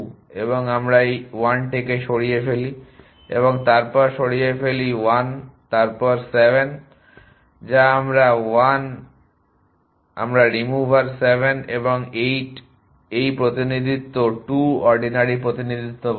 এবং আমরা এই 1 টিকে সরিয়ে ফেলি এবং তারপর সরিয়ে ফেলি 1 তারপর 7 যা 1 আমরা রিমুভার 7 এবং 8 এই প্রতিনিধিত্ব 2 অর্ডিনারি প্রতিনিধিত্ব বলা হয়